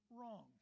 wrong